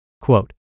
Quote